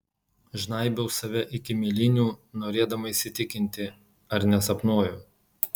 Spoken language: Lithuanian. žnaibiau save iki mėlynių norėdama įsitikinti ar nesapnuoju